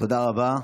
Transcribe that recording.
תודה רבה.